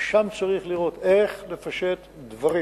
ושם צריך לראות איך לפשט דברים.